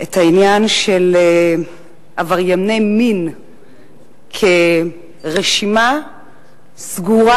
את העניין של עברייני מין כרשימה סגורה,